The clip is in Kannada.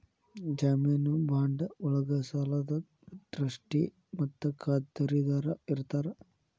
ಜಾಮೇನು ಬಾಂಡ್ ಒಳ್ಗ ಸಾಲದಾತ ಟ್ರಸ್ಟಿ ಮತ್ತ ಖಾತರಿದಾರ ಇರ್ತಾರ